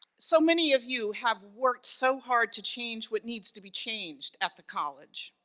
so many of you have worked so hard to change what needs to be changed at the college,